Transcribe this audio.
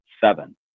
seven